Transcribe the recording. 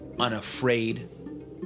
Unafraid